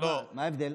מה ההבדל?